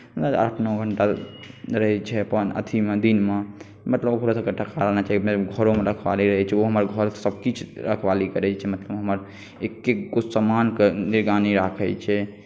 ओकरबाद आठ नओ घण्टा रहैत छै अपन अथीमे दिनमे मतलब ओकरोसभके घरोमे रखवाली रहैत छै ओहोमे घर सभकिछु रखवाली करैत छै मलतब हमर एक एकगो सामानके निगरानी राखैत छै